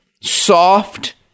soft